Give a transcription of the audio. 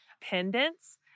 pendants